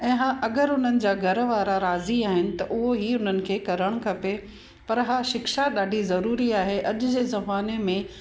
ऐं हा अगरि हुननि जा घर वारा राज़ी आहिनि त उहेई उन्हनि खे करणु खपे पर हा शिक्षा ॾाढी जरूरी आहे अॼु जे ज़माने में